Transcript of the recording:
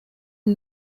une